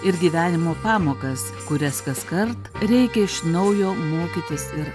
ir gyvenimo pamokas kurias kaskart reikia iš naujo mokytis ir